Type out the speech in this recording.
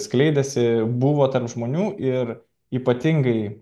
skleidėsi buvo tarp žmonių ir ypatingai